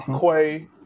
Quay